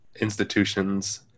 institutions